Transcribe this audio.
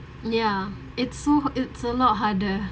ya it's so it's a lot harder